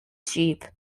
cheap